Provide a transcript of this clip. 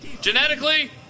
Genetically